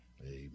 Amen